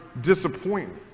disappointment